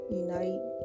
unite